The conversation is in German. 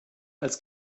als